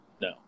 no